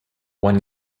one